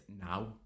now